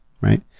right